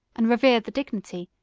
and revered the dignity,